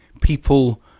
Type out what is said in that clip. people